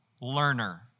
learner